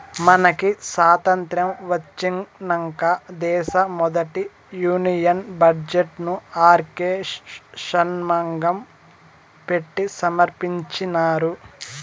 మనకి సాతంత్రం ఒచ్చినంక దేశ మొదటి యూనియన్ బడ్జెట్ ను ఆర్కే షన్మగం పెట్టి సమర్పించినారు